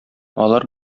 алар